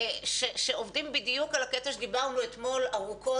שעובדים בדיוק על הקטע שדיברנו עליו אתמול ארוכות,